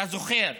אתה זוכר.